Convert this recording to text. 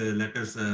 letters